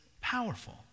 powerful